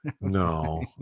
No